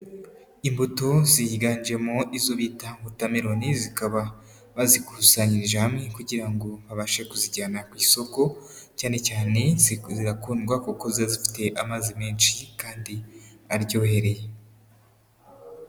Imbuto ziganjemo izo bita wotameloni zikaba bazikusanyirije hamwe kugira ngo babashe kuzijyana ku isoko, cyane cyane zirakundwa kuko ziba zifite amazi menshi kandi aryohereye.